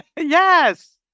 Yes